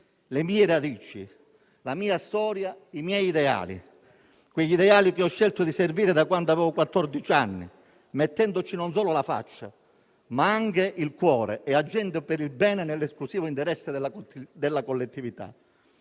le mie radici, la mia storia, i miei ideali: quegli ideali che ho scelto di servire da quando avevo quattordici anni, mettendoci non solo la faccia, ma anche il cuore e agendo per il bene nell'esclusivo interesse della collettività.